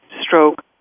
stroke